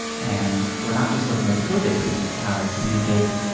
and we're not just looking at the code they produce, but how they communicate,